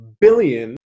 billion